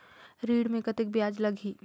ऋण मे कतेक ब्याज लगही?